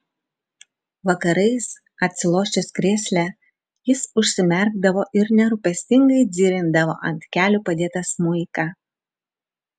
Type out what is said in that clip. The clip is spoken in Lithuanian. vakarais atsilošęs krėsle jis užsimerkdavo ir nerūpestingai dzirindavo ant kelių padėtą smuiką